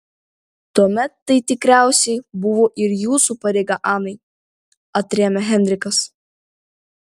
tuomet tai tikriausiai buvo ir jūsų pareiga anai atrėmė heinrichas